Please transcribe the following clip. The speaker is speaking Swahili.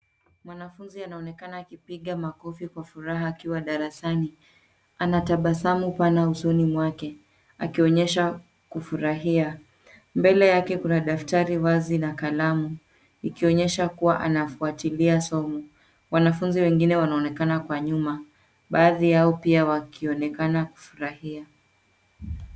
Mwanafunzi anaonekana akipiga makofi kwa furaha akiwa darasani anatabasamu pana usoni mwake akionyesha kufarahia mbele yake kuna daftari basi na kalamu, ikionyesha kuwa anafwatilia somo, wanafunzi wengine wanaonekana kwa nyuma, baadhi wao wanaonekana wakifurahia.